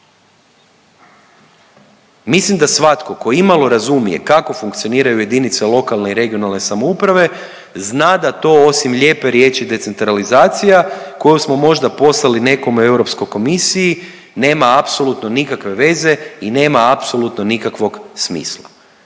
Mislim da svatko tko imalo razumije kako funkcioniraju jedinice lokalne i regionalne samouprave zna da to osim lijepe riječi decentralizacija koju smo možda poslali nekom u Europskoj komisiji nema apsolutno nikakve veze i nema apsolutno nikakvog smisla,